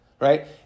Right